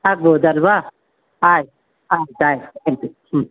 ಆಗ್ಬೋದು ಅಲ್ಲವಾ ಆಯ್ತು ಹಾಂ ಬಾಯ್ ತ್ಯಾಂಕ್ ಯು ಹ್ಞೂ